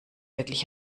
wirklich